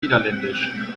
niederländisch